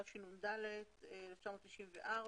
התשנ"ד-1994.